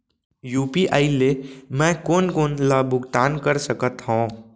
UPI ले मैं कोन कोन ला भुगतान कर सकत हओं?